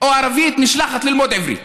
או ערבית, ללמוד עברית